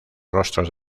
rostros